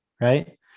Right